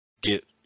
get